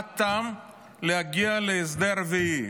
מה הטעם להגיע להסדר רביעי?